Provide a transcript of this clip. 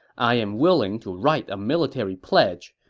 i am willing to write a military pledge.